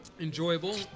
enjoyable